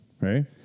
right